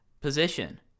position